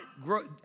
grow